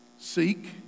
Seek